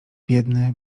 biedny